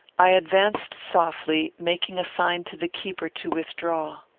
i advanced softly, making a sign to the keeper to withdraw.